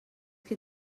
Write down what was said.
que